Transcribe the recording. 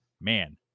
man